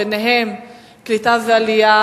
ביניהן קליטה ועלייה,